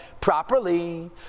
properly